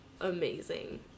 amazing